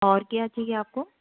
और क्या चाहिए आपको